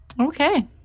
okay